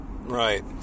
Right